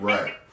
Right